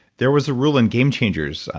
there was a rule in game changers,